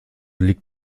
liegt